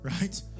right